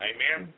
Amen